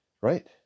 Right